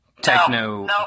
techno